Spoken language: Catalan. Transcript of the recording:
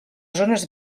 zones